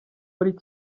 muri